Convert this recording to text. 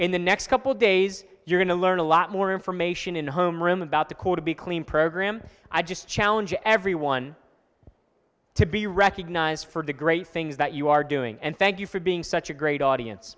in the next couple days you're going to learn a lot more information in the home room about the call to be clean program i just challenge everyone to be recognized for the great things that you are doing and thank you for being such a great audience